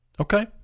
Okay